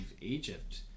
Egypt